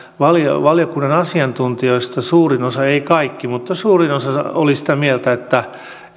sanoivat valiokunnan asiantuntijoista suurin osa eivät kaikki mutta suurin osa oli sitä mieltä että